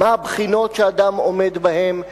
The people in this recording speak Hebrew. מה הבחינות שאדם עומד בהן,